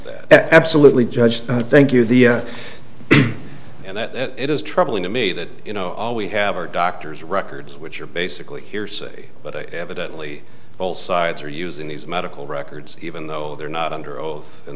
that absolutely judge thank you the and that it is troubling to me that you know all we have are doctors records which are basically hearsay but evidently all sides are using these medical records even though they're not under oath